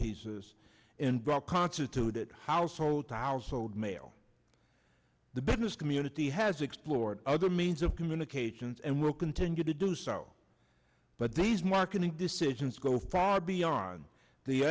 pieces in bulk constituted household towers sold mail the business community has explored other means of communications and will continue to do so but these marketing decisions go far beyond the